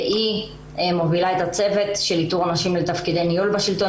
היא מובילה את הצוות לאיתור נשים לתפקידי ניהול בשלטון